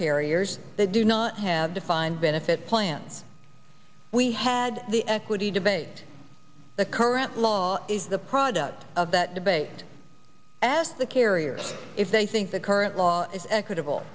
carriers they do not have defined benefit plans we had the equity debate the current law is the product of that debate as the carriers if they think the current law is equitable